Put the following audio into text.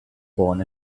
born